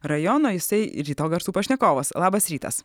rajono jisai ryto garsų pašnekovas labas rytas